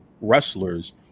wrestlers